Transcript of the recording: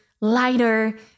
lighter